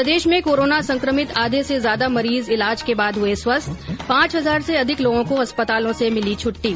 प्रदेश में कोरोना संक्रमित आधे से ज्यादा मरीज ईलाज के बाद हुए स्वस्थ पांच हजार से अधिक लोगों को अस्पतालों से मिली छुट्टी